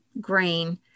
grain